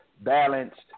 balanced